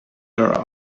her